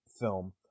film